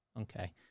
Okay